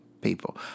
people